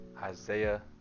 Isaiah